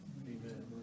Amen